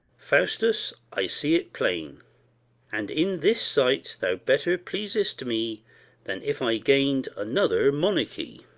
faustus, i see it plain and in this sight thou better pleasest me than if i gain'd another monarchy.